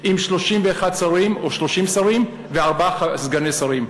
עם 31 שרים או 30 שרים וארבעה סגני שרים.